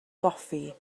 goffi